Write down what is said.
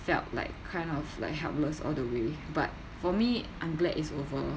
felt like kind of like helpless all the way but for me I'm glad it's over